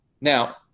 Now